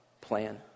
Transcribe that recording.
plan